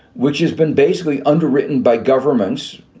which has been basically underwritten by governments,